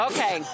Okay